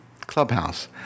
Clubhouse